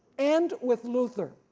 and with luther.